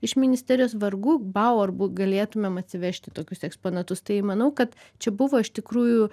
iš ministerijos vargu bau ar bu galėtumėm atsivežti tokius eksponatus tai manau kad čia buvo iš tikrųjų